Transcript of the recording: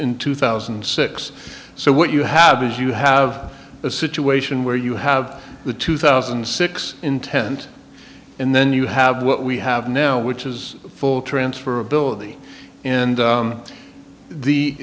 in two thousand and six so what you have is you have a situation where you have the two thousand and six intent and then you have what we have now which is full transfer ability and